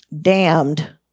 damned